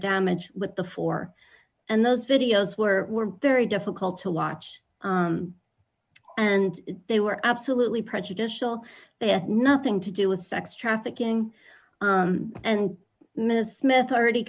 damage with the four and those videos were very difficult to watch and they were absolutely prejudicial they had nothing to do with sex trafficking and mrs smith already